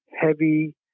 heavy